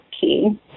key